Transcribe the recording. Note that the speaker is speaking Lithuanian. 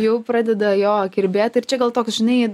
jau pradeda jo kirbėt ir čia gal toks žinai